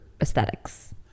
aesthetics